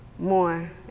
more